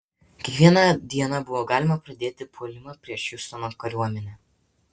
kiekvieną dieną buvo galima pradėti puolimą prieš hjustono kariuomenę